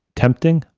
tempting?